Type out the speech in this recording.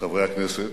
חברי הכנסת,